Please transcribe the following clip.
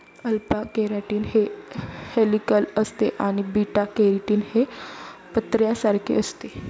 alpha keratin हे helical असते आणि बीटा केराटीन हे पत्र्यासारखे असते